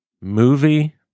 movie